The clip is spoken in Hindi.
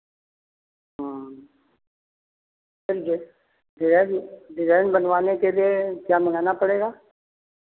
हाँ समझे डिज़ाइन डिज़ाइन बनवाने के लिए क्या मँगाना पड़ेगा